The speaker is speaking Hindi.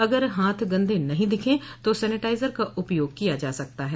अगर हाथ गंदे नहीं दिखें तो सेनेटाइजर का उपयोग किया जा सकता है